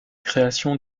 création